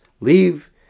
leave